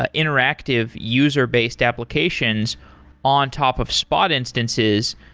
ah interactive user-based applications on top of spot instances,